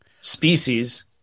species